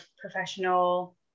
professional